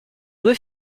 due